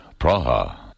Praha